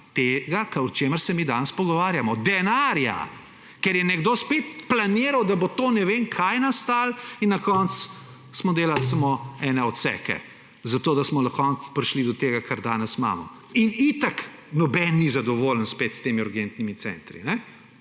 Tega, o čemer se mi danes pogovarjamo – denarja. Ker je nekdo spet planiral, da bo to ne vem kaj nastalo; in na koncu smo delali samo ene odseke, zato da smo lahko prišli do tega, kar danes imamo. In itak noben ni zadovoljen spet s temi urgentnimi centri,